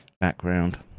background